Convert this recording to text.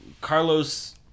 Carlos